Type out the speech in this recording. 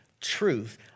truth